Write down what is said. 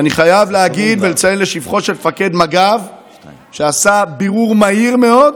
ואני חייב להגיד ולציין לשבחו של מפקד מג"ב שהוא עשה בירור מהיר מאוד,